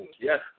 Yes